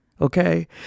okay